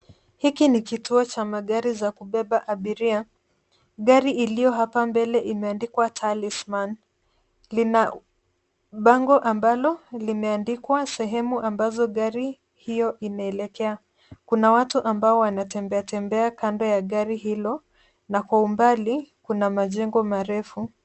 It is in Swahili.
Hiki ni kituo cha magari za kubeba abiria. Gari iliyo hapa mbele imeandikwa Talisman, lina bango ambalo limeandikwa sehemu ambazo gari hio inaelekea. Kuna watu ambao wanatembea tembea kando ya gari hilo na kwa umbali kuna majengo marefu.